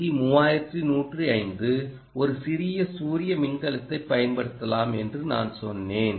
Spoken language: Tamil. சி 3105 ஒரு சிறிய சூரிய மின்கலத்தைப் பயன்படுத்தலாம் என்று நான் சொன்னேன்